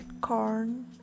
corn